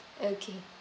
okay